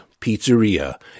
Pizzeria